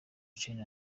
charly